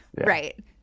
Right